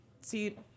see